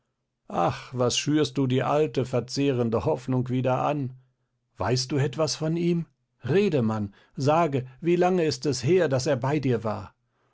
ach was schürst du die alte verzehrende hoffnung wieder an weißt du etwas von ihm rede mann sage wie lange ist es her daß er bei dir war